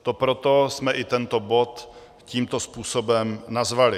To proto jsme i tento bod tímto způsobem nazvali.